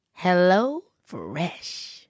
HelloFresh